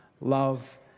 love